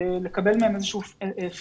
לקבל מהם איזה שהם פידבקים,